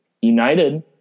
United